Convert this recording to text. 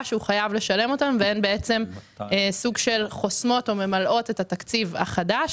שהוא חייב לשלם אותן והן בעצם חוסמות או ממלאות את התקציב החדש.